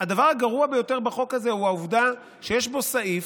הוא העובדה שיש פה סעיף,